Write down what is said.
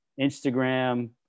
Instagram